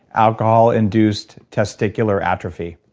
alcohol-induced testicular atrophy.